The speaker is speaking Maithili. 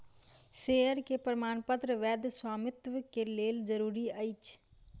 शेयर के प्रमाणपत्र वैध स्वामित्व के लेल जरूरी अछि